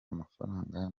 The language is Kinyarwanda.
amafaranga